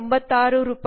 2025 ರಲ್ಲಿ 318896 ರೂ